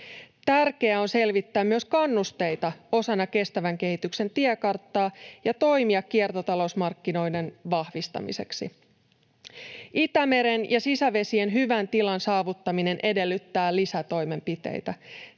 Tärkeää on selvittää myös kannusteita osana kestävän kehityksen tiekarttaa ja toimia kiertotalousmarkkinoiden vahvistamiseksi. Itämeren ja sisävesien hyvän tilan saavuttaminen edellyttää lisätoimenpiteitä.